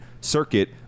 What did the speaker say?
circuit